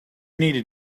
needed